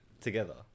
together